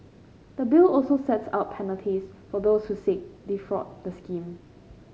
the Bill also sets out penalties for those who seek defraud the scheme